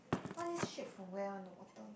what this ship from where one the water